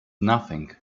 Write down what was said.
nothing